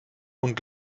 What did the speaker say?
und